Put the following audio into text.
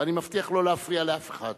ואני מבטיח לא להפריע לאף אחד.